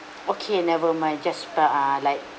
okay never mind just per uh like